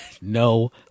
No